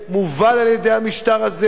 מובל על-ידי המשטר הזה.